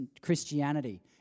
Christianity